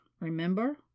remember